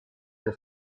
your